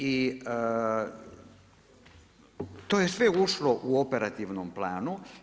I to je sve ušlo u operativnom planu.